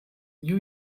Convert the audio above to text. new